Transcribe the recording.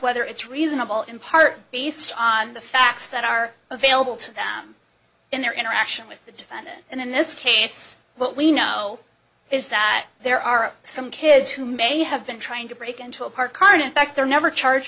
whether it's reasonable in part based on the facts that are available to them in their interaction with the defendant and in this case what we know is that there are some kids who may have been trying to break into a parked car and in fact they're never charged